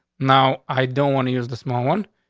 now, i don't want to use the small one.